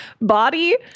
body